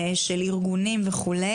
של ארגונים וכו'.